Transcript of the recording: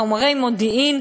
אלא חומרי מודיעין,